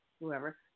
whoever